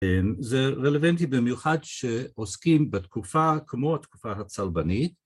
זה רלוונטי במיוחד שעוסקים בתקופה כמו התקופה הצלבנית